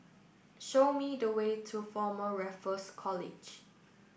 show me the way to Former Raffles College